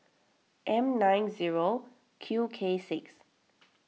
M nine zero Q K six